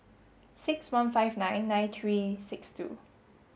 six one five nine nine three six two